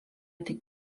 tik